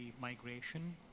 migration